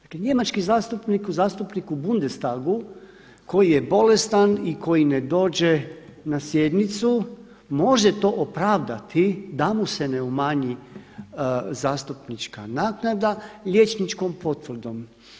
Dakle, njemački zastupnik, zastupnik u Bundestagu koji je bolestan i koji ne dođe na sjednicu može to opravdati da mu se ne umanji zastupnička naknada liječničkom potvrdom.